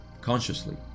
consciously